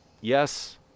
Yes